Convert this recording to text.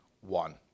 one